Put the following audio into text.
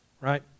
right